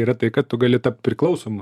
yra tai kad tu gali tapt priklausomu